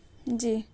جی